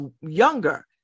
younger